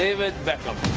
david beckham.